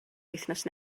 wythnos